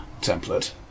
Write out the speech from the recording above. template